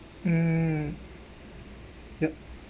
um yup